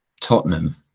Tottenham